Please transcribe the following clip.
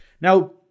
Now